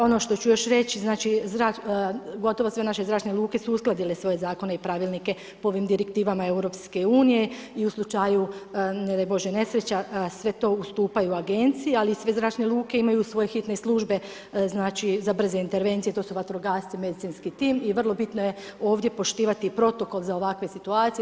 Ono što ću još reći znači gotovo sve naše zračne luke su uskladile svoje zakone i pravilnike po ovim direktivama EU i u slučaju ne daj bože nesreća sve to ustupaju agenciji ali i sve zračne luke imaju svoje hitne službe znači za brze intervencije, to su vatrogasci, medicinski tim i vrlo bitno je ovdje poštivati protokol za ovakve situacije.